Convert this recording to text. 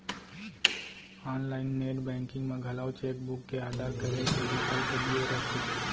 online net banking म घलौ cheque book के आडर करे के बिकल्प दिये रथे